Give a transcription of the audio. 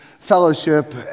fellowship